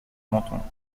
menthon